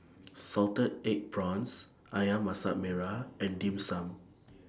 Salted Egg Prawns Ayam Masak Merah and Dim Sum